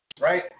right